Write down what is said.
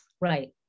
Right